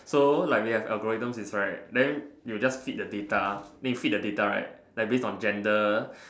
so like we have algorithms inside then you just feed the data then you feed the data right like based on gender